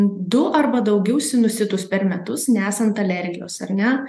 du arba daugiau sinusitus per metus nesant alergijos ar ne